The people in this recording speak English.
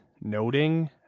noting